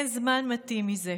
אין זמן מתאים מזה.